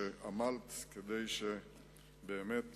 שעמלת כדי שבאמת